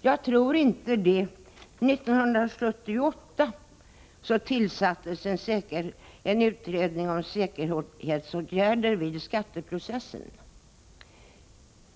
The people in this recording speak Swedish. Jag tror inte det. 1973 tillsattes en utredning om säkerhetsåtgärder i skatteprocessen.